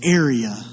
area